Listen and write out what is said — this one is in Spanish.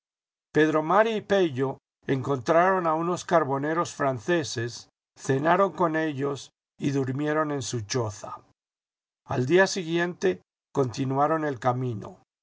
pedro mari y pello encontraron a unos carboneros franceses cenaron con ellos y durmieron en su choza al día siguiente continuaron el camino